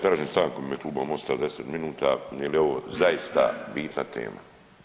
Tražim stanku u ime Kluba MOST-a 10 minuta jer je ovo zaista bitna tema.